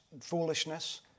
foolishness